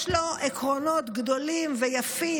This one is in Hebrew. יש לו עקרונות גדולים ויפים,